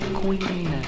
queen